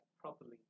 properly